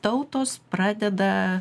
tautos pradeda